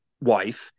wife